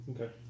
Okay